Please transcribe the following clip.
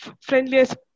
friendliest